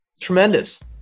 tremendous